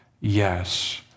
yes